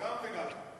גם וגם.